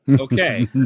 okay